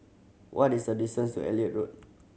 what is the distance to Elliot Road